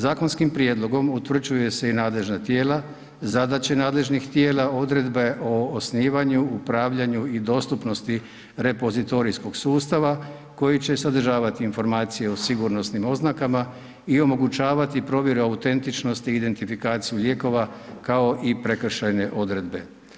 Zakonskim prijedlogom utvrđuje se i nadležna tijela, zadaće nadležnih tijela, odredbe o osnivanju, upravljanju i dostupnosti repozitorijskog sustava koji će sadržavati informacije o sigurnosnim oznakama i omogućavati provjere autentičnosti i identifikaciju lijekova, kao i prekršajne odredbe.